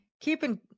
keeping